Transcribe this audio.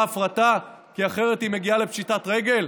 הפרטה כי אחרת היא מגיעה לפשיטת רגל?